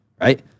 right